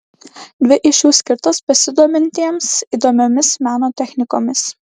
dvi iš jų skirtos besidomintiems įdomiomis meno technikomis